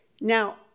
Now